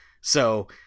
So-